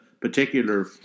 particular